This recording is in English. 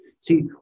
See